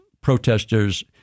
protesters